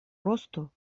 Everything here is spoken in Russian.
росту